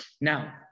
Now